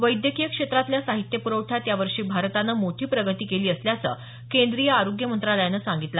वैद्यकीय क्षेत्रातल्या साहित्य पुरवठ्यात या वर्षी भारतानं मोठी प्रगती केली असल्याचं केंद्रीय आरोग्य मंत्रालयानं सांगितलं